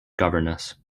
governess